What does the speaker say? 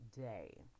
day